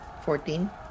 fourteen